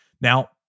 Now